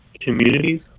communities